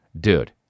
Dude